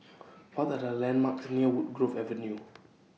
What Are The landmarks near Woodgrove Avenue